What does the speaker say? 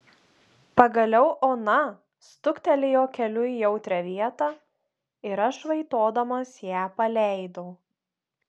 pagaliau ona stuktelėjo keliu į jautrią vietą ir aš vaitodamas ją paleidau